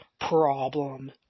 problem